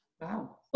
Wow